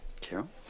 Carol